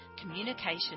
communication